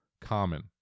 common